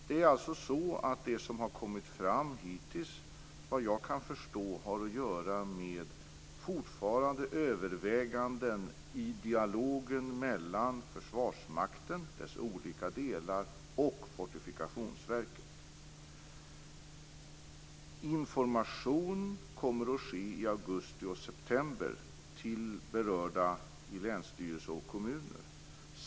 Det som hittills kommit fram har, vad jag kan förstå, att göra med fortsatta överväganden i dialogen mellan Information kommer att lämnas i augusti och september till berörda länsstyrelser och kommuner.